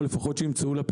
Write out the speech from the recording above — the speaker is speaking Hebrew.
או לפחות שימצאו לה פתרון,